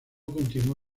continuó